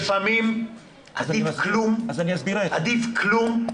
לפעמים עדיף כלום.